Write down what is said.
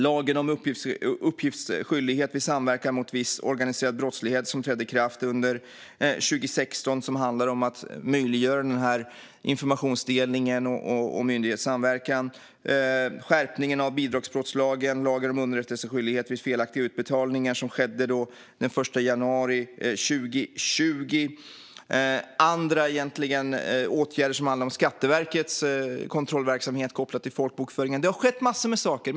Lagen om uppgiftsskyldighet vid samverkan mot viss organiserad brottslighet, som trädde i kraft under 2016, handlar om att möjliggöra informationsdelning och myndighetssamverkan. Bidragsbrottslagen och lagen om underrättelseskyldighet vid felaktiga utbetalningar skärptes den 1 januari 2020. Det har vidtagits åtgärder som handlar om Skatteverkets kontrollverksamhet kopplat till folkbokföringen. Det har skett massor med saker.